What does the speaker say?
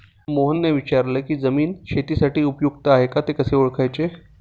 मोहनने विचारले की जमीन शेतीसाठी उपयुक्त आहे का ते कसे ओळखायचे?